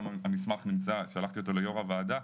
ושלחתי את המסמך הזה ליו"ר הוועדה,